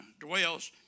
dwells